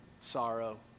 sorrow